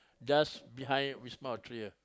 just behind Wisma-Atria